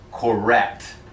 correct